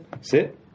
Sit